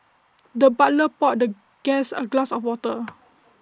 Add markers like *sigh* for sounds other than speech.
the butler poured the guest A glass of water *noise*